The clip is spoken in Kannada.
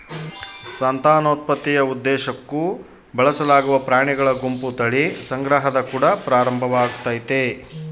ಸಂತಾನೋತ್ಪತ್ತಿಯ ಉದ್ದೇಶುಕ್ಕ ಬಳಸಲಾಗುವ ಪ್ರಾಣಿಗಳ ಗುಂಪು ತಳಿ ಸಂಗ್ರಹದ ಕುಡ ಪ್ರಾರಂಭವಾಗ್ತತೆ